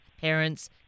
parents